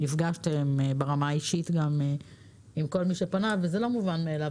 נפגשתם ברמה האישית עם כל מי שפנה וזה לא מובן מאליו,